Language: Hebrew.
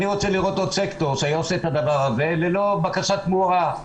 אני רוצה לראות עוד סקטור שהיה עושה את הדבר הזה ללא בקשת תמורה.